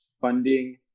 funding